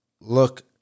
look